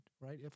right